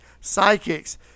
psychics